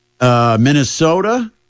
Minnesota